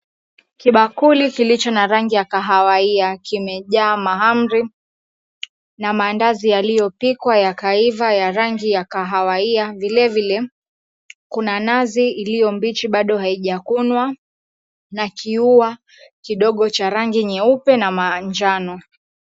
Kibakuli kilicho na rangi ya kahawia kimejaa mahamri na mandazi yaliyopikwa yakaiva ya rangi ya kahawia. Vile vile kuna nazi iliyo mbichi bado haijakunwa na kiua kidogo cha rangi nyeupe na manjano.